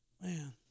Man